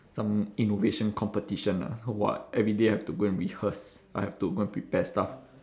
some innovation competition lah so !wah! every day I have to go and rehearse I have to go and prepare stuff